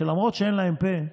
שלמרות שאין להן פה,